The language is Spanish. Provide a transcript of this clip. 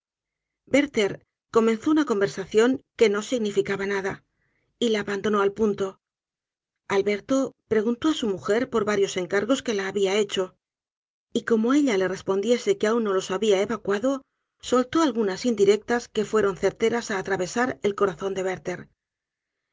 werther comenzó una conversación que no significaba nada y la abandonó al punto alberto preguntó á su mujer por varios encargos que la había hecho y como ella le respondiese que aun no los habia evacuado soltó algunas indirectas que fueron certeras á atravesar el corazón de werlher